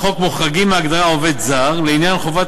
לחוק מוחרגים מההגדרה "עובד זר" לעניין חובת